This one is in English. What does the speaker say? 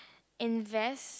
invest